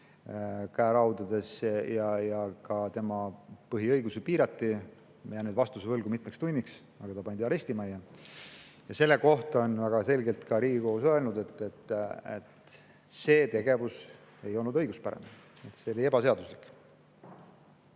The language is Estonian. käerauad ja tema põhiõigusi piirati. Ma jään nüüd vastuse võlgu, mitmeks tunniks, aga ta pandi arestimajja. Ja selle kohta on väga selgelt ka Riigikohus öelnud, et see tegevus ei olnud õiguspärane, see oli ebaseaduslik.